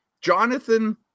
Jonathan